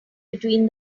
between